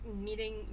meeting